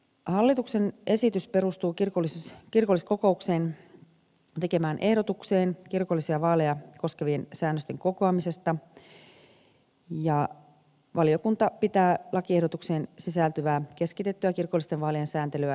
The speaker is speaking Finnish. hallituksen esitys perustuu kirkolliskokouksen tekemään ehdotukseen kirkollisia vaaleja koskevien säännösten kokoamisesta ja valiokunta pitää lakiehdotukseen sisältyvää keskitettyä kirkollisten vaalien sääntelyä selkeänä